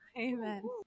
Amen